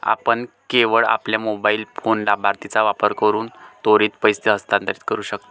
आपण केवळ आपल्या मोबाइल फोन लाभार्थीचा वापर करून त्वरित पैसे हस्तांतरित करू शकता